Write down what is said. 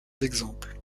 d’exemple